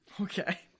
Okay